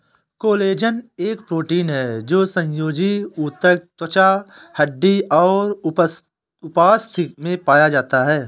collagen एक protein है जो संयोजी ऊतक, त्वचा, हड्डी और उपास्थि में पाया जाता है